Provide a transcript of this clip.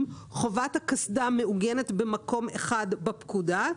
חובת הקסדה מעוגנת במקום אחד בפקודה,